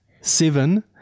seven